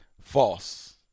False